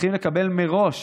צריכים לקבל מראש